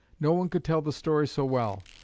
no one could tell the story so well,